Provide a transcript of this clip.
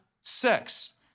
sex